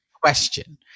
question